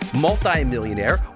multimillionaire